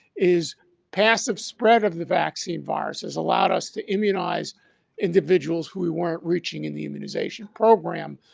is passive spread of the vaccine virus has allowed us to immunize individuals who we weren't reaching in the immunization program,